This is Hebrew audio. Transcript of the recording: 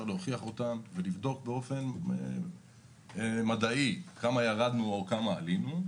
להוכיח אותם באופן מדעי כמה ירדנו או כמה עלינו.